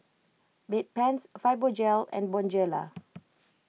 Bedpans Fibogel and Bonjela